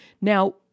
Now